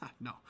no